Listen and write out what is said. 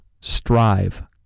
Strive